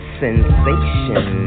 sensation